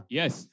Yes